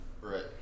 right